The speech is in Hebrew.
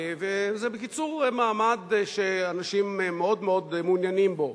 זה בקיצור מעמד שאנשים מאוד מאוד מעוניינים בו,